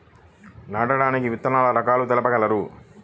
నాటడానికి విత్తన రకాలు తెలుపగలరు?